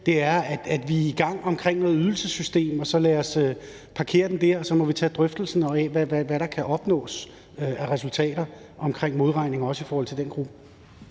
siger, at vi er i gang omkring noget med ydelsessystemet, og så lad os parkere den der. Og så må vi tage drøftelsen af, hvad der kan opnås af resultater omkring modregning også i forhold til den gruppe.